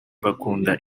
bakunda